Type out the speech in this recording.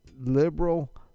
liberal